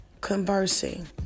conversing